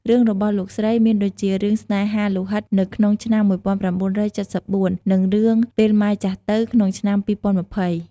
រឿងរបស់លោកស្រីមានដូចជា រឿង ស្នេហាលោហិត នៅក្នុងឆ្នាំ ១៩៧៤ និង រឿង ពេលម៉ែចាស់ទៅ ក្នុងឆ្នាំ ២០២០។